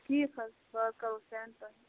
ٹھیٖک حظ بہٕ حظ کَرو سیٚنڈ تۄہہِ